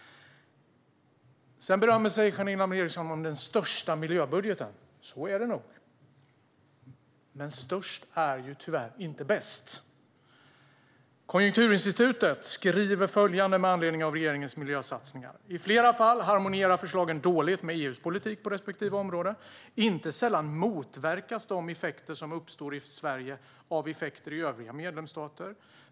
Janine Alm Ericson berömmer sig av den största miljöbudgeten. Så är det nog. Men störst är tyvärr inte bäst. Konjunkturinstitutet skriver följande med anledning av regeringens miljösatsning: "I flera fall harmonierar förslagen dåligt med EU:s politik på respektive område, inte sällan motverkas de effekter som uppstår i Sverige av effekter i övriga medlemsstater.